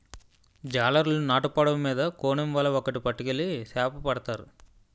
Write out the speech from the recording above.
జాలరులు నాటు పడవ మీద కోనేమ్ వల ఒక్కేటి పట్టుకెళ్లి సేపపడతారు